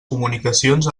comunicacions